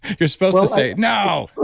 you're supposed to say no